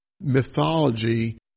mythology